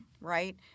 right